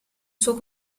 suo